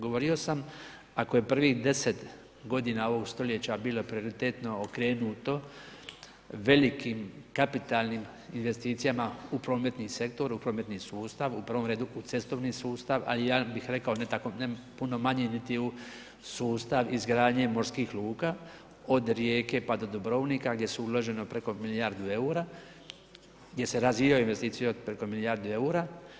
Govorio sam, ako je prvih 10 g. ovog stoljeća bilo prioritetno okrenuto, velikim kapitalnim investicijama u prometni sektor, u prometni sustav, u prvom redu u cestovni sustav, a ja bi rekao ne tako, ne puno manje, niti u sustav izgradnje morskih luka od Rijeke pa do Dubrovnika, gdje su uloženo preko milijardu eura, gdje se razvijaju investicije od preko milijardu eura.